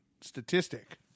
statistic